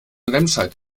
remscheid